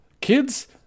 Kids